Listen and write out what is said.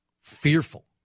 fearful